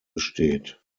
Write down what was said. besteht